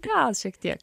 gal šiek tiek